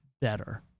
better